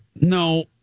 no